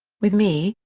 with me,